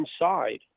inside